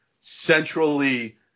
centrally